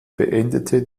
beendete